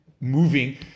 moving